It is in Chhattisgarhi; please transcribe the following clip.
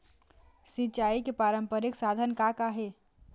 सिचाई के पारंपरिक साधन का का हे?